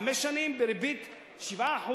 חמש שנים בריבית 7%,